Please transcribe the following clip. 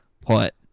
put